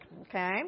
okay